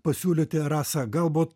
pasiūlyti rasa galbūt